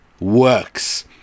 works